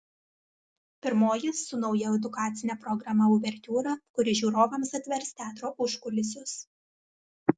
pirmoji su nauja edukacine programa uvertiūra kuri žiūrovams atvers teatro užkulisius